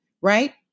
right